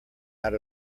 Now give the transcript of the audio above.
out